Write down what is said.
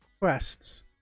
quests